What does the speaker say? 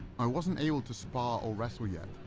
i wasn't able to spar or wrestle yet,